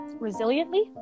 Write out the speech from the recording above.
resiliently